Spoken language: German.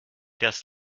das